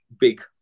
big